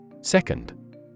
Second